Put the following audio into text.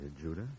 judah